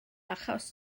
achos